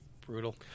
brutal